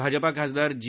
भाजपा खासदार जी